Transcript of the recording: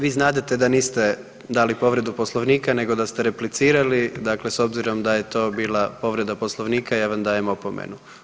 Vi znadete da niste dali povredu Poslovnika nego da ste replicirali, dakle s obzirom da je to bila povreda Poslovnika ja vam dajem opomenu.